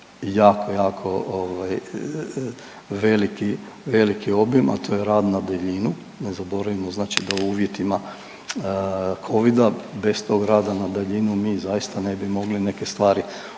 jako veliki, veliki obim, a to je rad na daljinu. Ne zaboravimo znači da u uvjetima Covida bez tog rada na daljinu mi zaista ne bi mogli neke stvari uopće